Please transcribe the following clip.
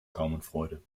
gaumenfreude